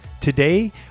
Today